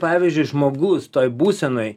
pavyzdžiui žmogus toj būsenoj